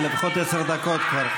זה לפחות עשר דקות כבר.